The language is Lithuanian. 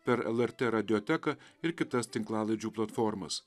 per lrt radioteką ir kitas tinklalaidžių platformas